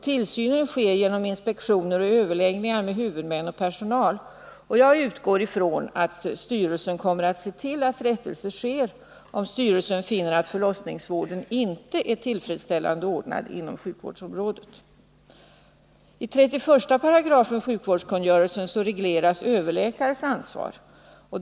Tillsynen sker genom inspektioner och överläggningar med huvudmän och personal. Jag utgår från att styrelsen kommer att se till att rättelse sker, om styrelsen finner att Nr 86 förlossningsvården inte är tillfredsställande ordnad inom sjukvårdsområdet. I 31 § sjukvårdskungörelsen regleras överläkares ansvar.